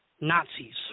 Nazis